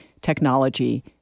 technology